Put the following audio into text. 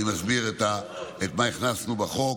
אני מסביר את מה שהכנסנו בחוק: